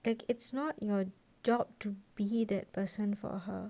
like it's not your job to be that person for her